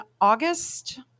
August